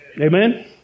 Amen